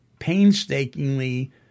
painstakingly